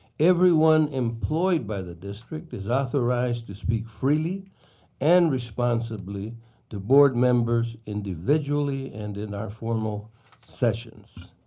everyone employed by the district is authorized to speak freely and responsibly to board members individually and in our formal sessions.